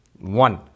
One